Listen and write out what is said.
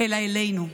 אלא אלינו: